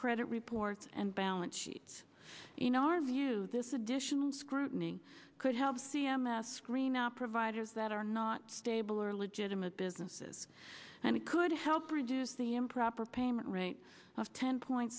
credit reports and balance sheet you know our view this additional scrutiny could help c m s screen out providers that are not stable or legitimate businesses and it could help reduce the improper payment rate of ten point